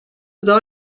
daha